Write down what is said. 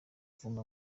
mvuga